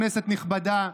כנסת נכבדה,